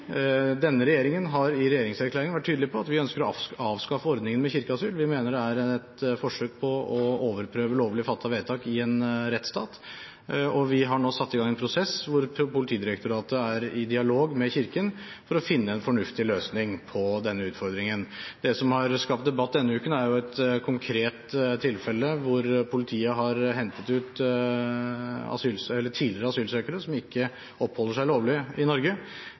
Denne regjeringen har i regjeringserklæringen vært tydelig på at vi ønsker å avskaffe ordningen med kirkeasyl. Vi mener det er et forsøk på å overprøve lovlig fattede vedtak i en rettsstat. Vi har nå satt i gang en prosess hvor Politidirektoratet er i dialog med Kirken for å finne en fornuftig løsning på denne utfordringen. Det som har skapt debatt denne uken, er et konkret tilfelle hvor politiet har hentet ut tidligere asylsøkere som ikke oppholder seg lovlig i Norge.